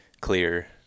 clear